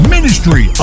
Ministry